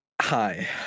Hi